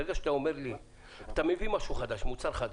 ברגע שאתה אומר לי שאתה מביא משהו חדש, מוצר חדש,